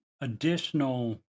additional